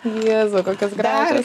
jėzau kokios gražios